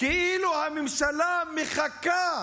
כאילו הממשלה מחכה